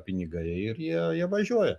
pinigai ir jie jie važiuoja